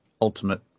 Ultimate